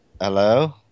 hello